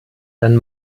dann